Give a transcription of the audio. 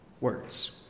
words